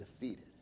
defeated